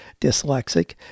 dyslexic